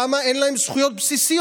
למה אין להם זכויות בסיסיות?